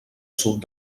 sud